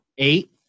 Eight